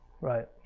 Right